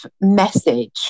message